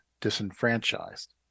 disenfranchised